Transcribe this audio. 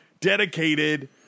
dedicated